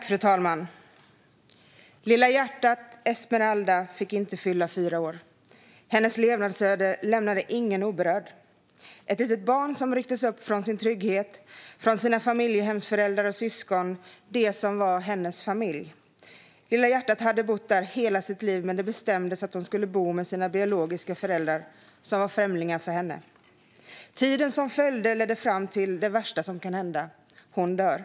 Fru talman! "Lilla hjärtat" Esmeralda fick inte fylla fyra år. Hennes levnadsöde lämnar ingen oberörd. Ett litet barn rycktes upp från sin trygghet, från sina familjehemsföräldrar och syskon, de som var hennes familj. "Lilla hjärtat" hade bott hos dem i hela sitt liv. Men det bestämdes att hon skulle bo med sina biologiska föräldrar som var främlingar för henne. Tiden som följde ledde till det värsta som kan hända. Hon dog.